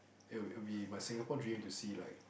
it will it will be my Singapore dream to see like